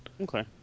Okay